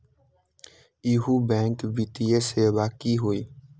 इहु बैंक वित्तीय सेवा की होई?